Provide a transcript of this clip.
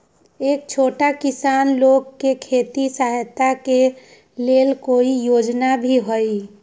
का छोटा किसान लोग के खेती सहायता के लेंल कोई योजना भी हई?